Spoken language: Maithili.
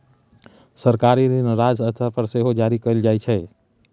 सरकारी ऋण राज्य स्तर पर सेहो जारी कएल जाइ छै